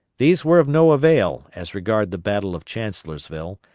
these were of no avail as regard the battle of chancellorsville,